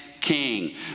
king